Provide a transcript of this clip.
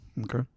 Okay